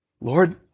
Lord